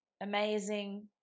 amazing